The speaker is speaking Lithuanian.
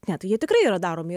ne tai jie tikrai yra daromi